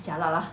eh jialat lah